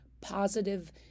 positive